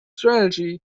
strategy